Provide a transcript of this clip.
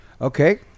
Okay